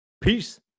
Peace